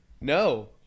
No